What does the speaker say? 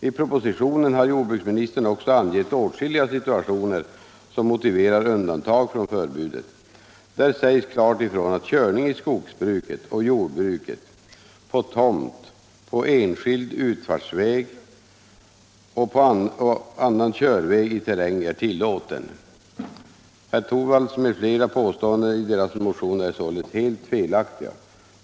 I propositionen har jordbruksministern också angett åtskilliga situationer som motiverar undantag från förbudet. Där sägs klart ifrån att körning i skogsbruket och jordbruket, på tomt, på enskild utfartsväg och på annan körväg i terrängen är tillåten. Herr Torwalds m.fl. påståenden i sina motioner är således helt felaktiga.